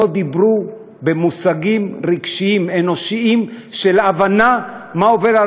לא דיברו במושגים רגשיים אנושיים של הבנה מה עובר על